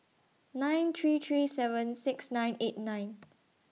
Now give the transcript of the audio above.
nine three three seven six nine eight nine